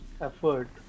effort